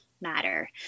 matter